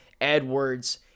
Edwards